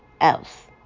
Else